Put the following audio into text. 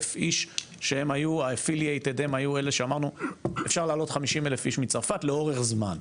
איש שהם היו אלה שאמרנו שאפשר להעלות 50,000 איש מצרפת לאורך זמן.